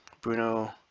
Bruno